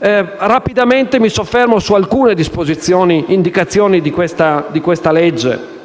Rapidamente mi soffermo su alcune indicazioni di questo provvedimento,